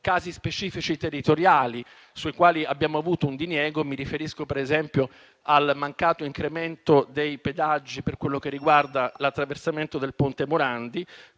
casi specifici territoriali, sui quali abbiamo avuto un diniego. Mi riferisco al mancato incremento dei pedaggi per quanto riguarda l'attraversamento del ponte Morandi,